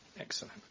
Excellent